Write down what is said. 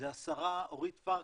זו השרה אורית פרקש,